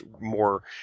more